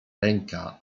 ręka